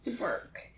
work